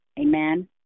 amen